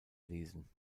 lesen